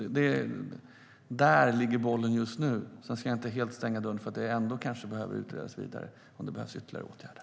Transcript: Där ligger bollen just nu. Sedan ska jag inte helt stänga dörren för att kanske utreda vidare om det behövs ytterligare åtgärder.